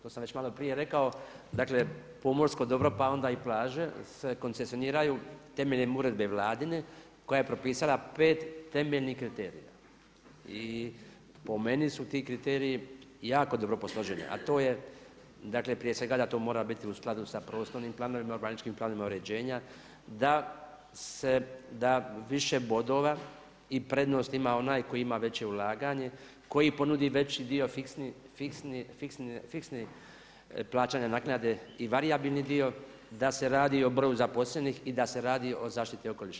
To sam već malo prije rekao, dakle pomorsko dobro pa onda i plaže se koncesiniraju temeljem uredbe Vladine koja je propisala pet temeljnih kriterija i po meni su ti kriteriji jako dobro posloženi, a to je dakle prije svega da to mora biti u skladu sa prostornim planovima, urbanističkim planovima uređenja, da više bodova i prednost ima onaj koji ima veće ulaganje, koji ponudi veći dio fiksnog plaćanja naknade i varijabilni dio, da se radi o broju zaposlenih i da se radi o zaštiti okoliša.